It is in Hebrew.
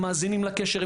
הם מאזינים לקשר,